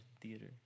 theater